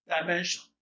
dimension